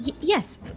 Yes